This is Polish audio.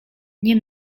nie